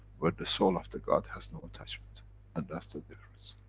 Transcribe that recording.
where the soul of the god has no attachment and that's the difference.